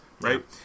Right